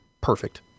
Perfect